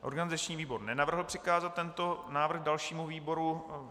Organizační výbor nenavrhl přikázat tento návrh dalšímu výboru.